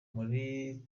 muri